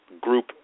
group